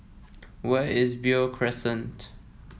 where is Beo Crescent